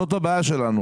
זו הבעיה שלנו.